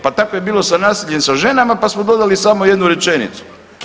Pa tako je bilo sa nasiljem nad ženama, pa smo dodali samo jednu rečenicu.